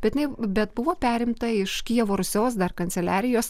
bet jinai bet buvo perimta iš kijevo rusios dar kanceliarijos